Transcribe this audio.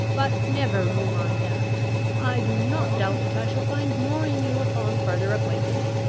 but never you mind that i do not doubt that i shall find more in you upon further acquaintance.